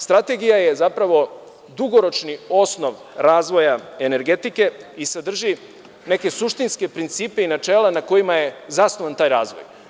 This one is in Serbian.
Strategija je zapravo dugoročni osnov razvoja energetike i sadrži neke suštinske principe i načela na kojima je zasnovan taj razvoj.